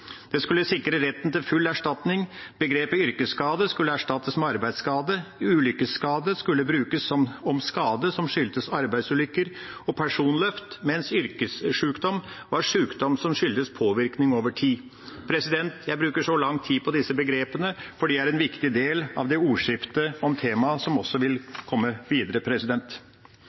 Det skulle sikre retten til full erstatning. Begrepet «yrkesskade» skulle erstattes med «arbeidsskade». «Ulykkesskade» skulle brukes om skade som skyldtes arbeidsulykker og personløft, mens yrkessjukdom var sjukdom som skyldtes påvirkning over tid. Jeg bruker så lang tid på disse begrepene, for de er en viktig del av det videre ordskiftet om temaet, som også vil komme.